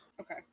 Okay